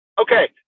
Okay